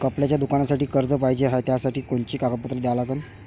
कपड्याच्या दुकानासाठी कर्ज पाहिजे हाय, त्यासाठी कोनचे कागदपत्र द्या लागन?